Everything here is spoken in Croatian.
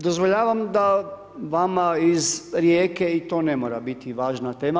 Dozvoljavam da vama iz Rijeke i to ne mora biti važna tema.